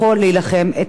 ולמה זה חשוב.